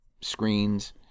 screens